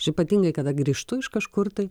aš ypatingai kada grįžtu iš kažkur tai